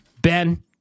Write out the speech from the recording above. Ben